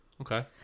Okay